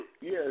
Yes